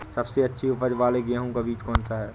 सबसे अच्छी उपज वाला गेहूँ का बीज कौन सा है?